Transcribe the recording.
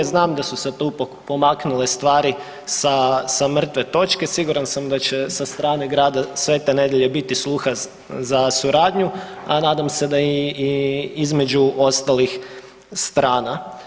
Znam da su se tu pomaknule stvari sa mrtve točke, siguran sam da će sa strane Grada Svete Nedelje biti sluha za suradnju, a nadam se da i između ostalih strana.